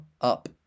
up